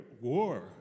war